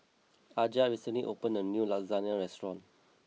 Aja recently opened a new Lasagne restaurant